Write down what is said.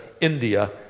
India